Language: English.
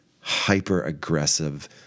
hyper-aggressive